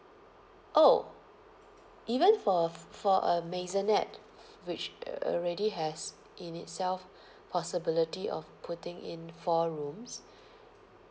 oh even for f~ for a maisonette which already has in itself possibility of putting in four rooms